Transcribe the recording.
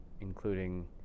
including